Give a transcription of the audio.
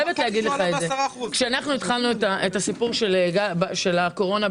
כשאנחנו התחלנו את הסיפור של הקורונה,